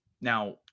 Now